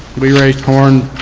we raised corn,